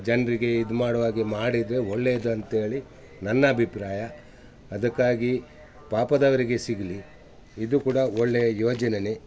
ಜನರಿಗೆ ಇದು ಮಾಡುವಾಗೆ ಮಾಡಿದರೆ ಒಳ್ಳೇದು ಅಂತೇಳಿ ನನ್ನ ಅಭಿಪ್ರಾಯ ಅದಕ್ಕಾಗಿ ಪಾಪದವರಿಗೆ ಸಿಗಲಿ ಇದೂ ಕೂಡ ಒಳ್ಳೆಯ ಯೋಜನೆನೇ